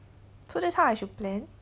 so that is how I should plan